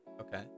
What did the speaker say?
okay